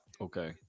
Okay